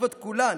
שיושבות כולן